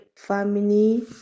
family